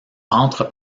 entre